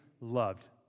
loved